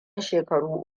shekaru